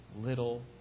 little